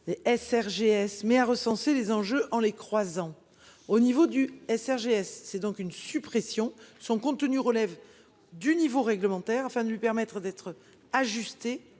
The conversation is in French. sert GS mais à recenser les enjeux en les croisant au niveau du SR GS. C'est donc une suppression son contenu relève du niveau réglementaire afin de lui permettre d'être ajustés